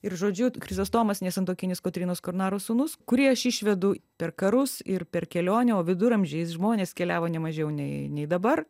ir žodžiu krizostomas nesantuokinis kotrynos kornaro sūnus kurį aš išvedu per karus ir per kelionę o viduramžiais žmonės keliavo ne mažiau nei nei dabar